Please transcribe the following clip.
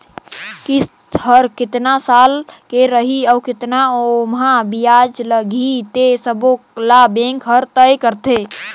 किस्त हर केतना साल के रही अउ केतना ओमहा बियाज लगही ते सबो ल बेंक हर तय करथे